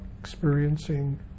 experiencing